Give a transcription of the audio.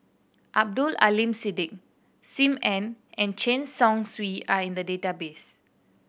Abdul Aleem Siddique Sim Ann and Chen Chong Swee are in the database